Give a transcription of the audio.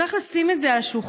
צריך לשים את זה על השולחן.